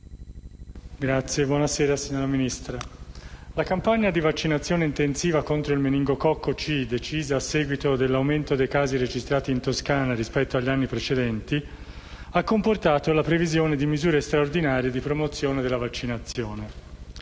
*(Misto-Idv)*. Signora Ministra, la campagna di vaccinazione intensiva contro il meningococco C, decisa a seguito dell'aumento dei casi registrati in Toscana rispetto agli anni precedenti, ha comportato la previsione di misure straordinarie di promozione della vaccinazione.